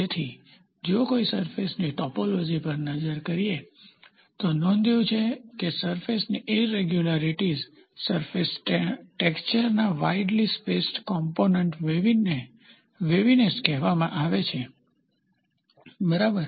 તેથી જો કોઈ સરફેસની ટોપોલોજી પર નજર કરીએ તો નોંધ્યું છે કે સરફેસની ઈરેગ્યુલારીટીઝ સરફેસના ટેક્સચર ના વાઈડલી સ્પેસ કોમ્પોનન્ટને વેવીનેસ કહેવામાં આવે છે બરાબર